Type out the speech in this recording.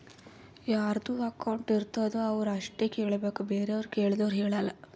ಯಾರದು ಅಕೌಂಟ್ ಇರ್ತುದ್ ಅವ್ರು ಅಷ್ಟೇ ಕೇಳ್ಬೇಕ್ ಬೇರೆವ್ರು ಕೇಳ್ದೂರ್ ಹೇಳಲ್ಲ